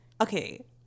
Okay